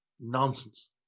Nonsense